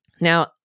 Now